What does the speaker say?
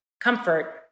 comfort